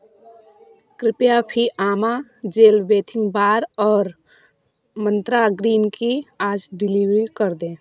कृपया Fiama gel bathing bar और चौबीस मंत्रा ग्रीन टी आज डिलीवर कर दें